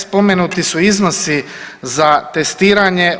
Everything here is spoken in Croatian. Spomenuti su iznosi za testiranje.